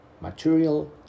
material